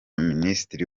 minisitiri